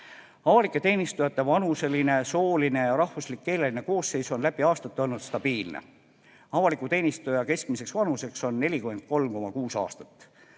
Avalike teenistujate vanuseline, sooline, rahvuslik ja keeleline koosseis on läbi aastate olnud stabiilne. Avaliku teenistuja keskmine vanus on 43,6 aastat.